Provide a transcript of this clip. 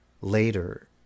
later